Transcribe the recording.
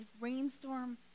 rainstorm